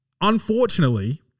Unfortunately